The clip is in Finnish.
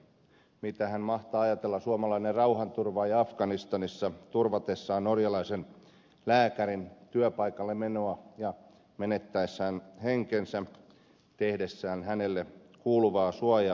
mitähän mahtaa ajatella suomalainen rauhanturvaaja afganistanissa turvatessaan norjalaisen lääkärin työpaikalle menoa ja menettäessään henkensä tehdessään hänelle kuuluvaa suojaamistyötä